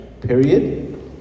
period